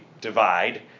divide